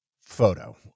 photo